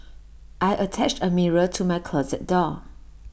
I attached A mirror to my closet door